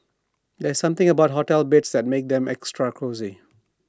there's something about hotel beds that makes them extra cosy